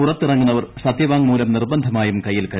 പുറത്തിറങ്ങുന്ന്വർ സത്യവാങ്മൂലം നിർബന്ധമായും കൈയ്യിൽ കരുതണം